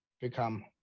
become